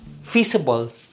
feasible